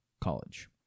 college